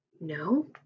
No